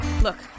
Look